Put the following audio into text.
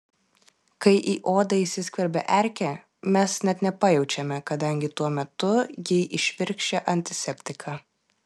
kai į odą įsiskverbia erkė mes net nepajaučiame kadangi tuo metu ji įšvirkščia antiseptiką